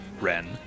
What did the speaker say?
Ren